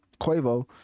Quavo